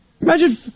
Imagine